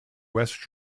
west